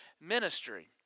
ministry